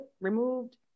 removed